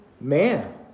man